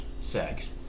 sex